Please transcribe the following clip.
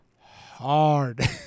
hard